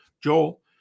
Joel